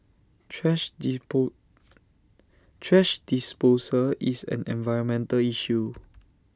thrash thrash disposal is an environmental issue